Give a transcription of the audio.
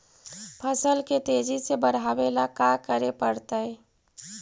फसल के तेजी से बढ़ावेला का करे पड़तई?